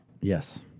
Yes